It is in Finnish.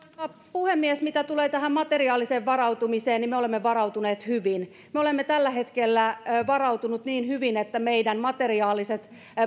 puhemies mitä tulee tähän materiaaliseen varautumiseen niin me olemme varautuneet hyvin me olemme tällä hetkellä varautuneet niin hyvin että meidän materiaaliset